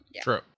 True